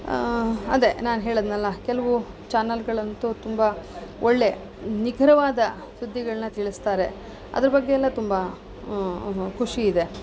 ಅದೆ ನಾನು ಹೇಳಿದ್ನಲ್ಲ ಕೆಲವು ಚಾನಲ್ಗಳಂತೂ ತುಂಬ ಒಳ್ಳೆ ನಿಖರವಾದ ಸುದ್ದಿಗಳನ್ನ ತಿಳ್ಸ್ತಾರೆ ಅದ್ರ ಬಗ್ಗೆಯೆಲ್ಲ ತುಂಬ ಖುಷಿಯಿದೆ